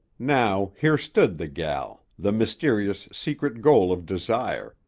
now here stood the gel, the mysterious secret goal of desire,